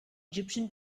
egyptian